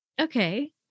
Okay